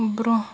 برٛونٛہہ